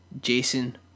Jason